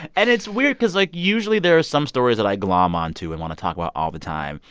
and it's weird because, like, usually, there are some stories that i glom onto and want to talk about all the time.